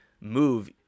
move